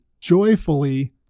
joyfully